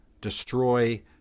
destroy